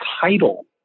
title